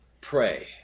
Pray